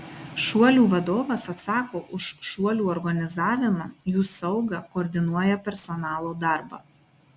šuolių vadovas atsako už šuolių organizavimą jų saugą koordinuoja personalo darbą